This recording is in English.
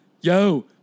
Yo